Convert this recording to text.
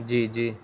جی جی